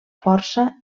força